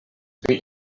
tri